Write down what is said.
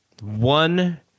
one